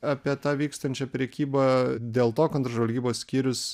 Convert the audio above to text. apie tą vykstančią prekybą dėl to kontržvalgybos skyrius